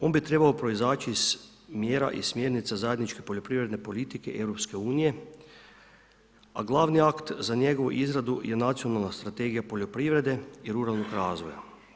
On bi trebao proizaći iz mjera i smjernica zajedničke poljoprivredne politike EU a glavni akt za njegovu izradu je Nacionalna strategija poljoprivrede i ruralnog razvoja.